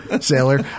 sailor